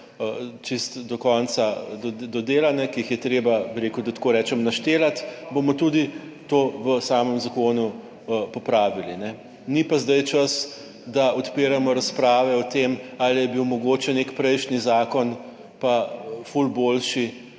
čisto do konca dodelane, ki jih je treba, bi rekel, da tako rečem, naštevati, bomo tudi to v samem zakonu popravili. Ni pa zdaj čas, da odpiramo razprave o tem ali je bil mogoče nek prejšnji zakon pa ful boljši